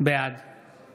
בעד